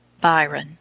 Byron